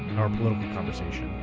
our political conversation,